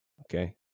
Okay